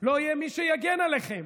לא יהיה מי שיגן עליכם,